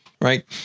right